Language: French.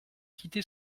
quitté